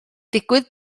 digwydd